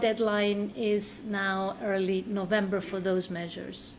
deadline is now early november for those measures